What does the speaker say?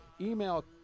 Email